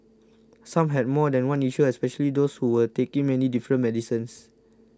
some had more than one issue especially those who were taking many different medicines